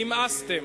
נמאסתם.